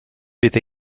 bydd